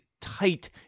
tight